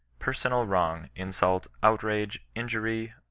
personal, wrong, insult, outrage, injury,